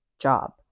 job